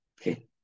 Okay